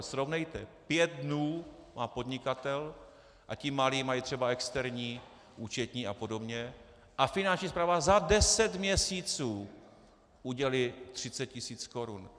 Srovnejte: pět dnů má podnikatel a ti malí mají třeba externí účetní a podobně, a Finanční správa za deset měsíců udělí 30 tisíc korun.